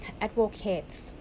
advocates